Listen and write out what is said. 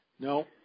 No